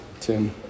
Tim